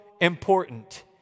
important